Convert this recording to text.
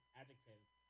adjectives